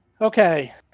Okay